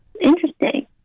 Interesting